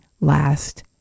last